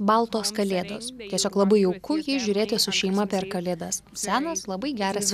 baltos kalėdos tiesiog labai jauku jį žiūrėti su šeima per kalėdas senas labai geras